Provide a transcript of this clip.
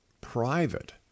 private